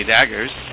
Daggers